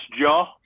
jaw